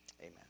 Amen